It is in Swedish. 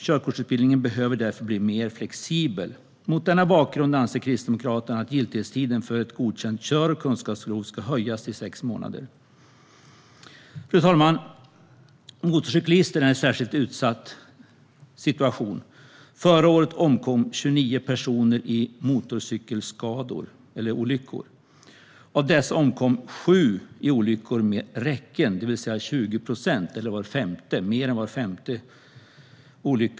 Körkortsutbildningen behöver därför bli mer flexibel. Mot denna bakgrund anser Kristdemokraterna att giltighetstiden för ett godkänt kör och kunskapsprov ska förlängas till sex månader. Fru talman! Motorcyklisterna är i en särskilt utsatt situation. Förra året omkom 29 personer i motorcykelolyckor. Av dessa omkom 7 i olyckor med räcken, det vill säga över 20 procent eller mer än var femte.